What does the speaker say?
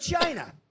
China